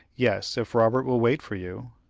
yes if robert will wait for you.